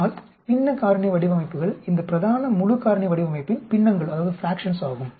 ஆனால் பின்ன காரணி வடிவமைப்புகள் இந்த பிரதான முழு காரணி வடிவமைப்பின் பின்னங்கள் ஆகும்